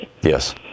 yes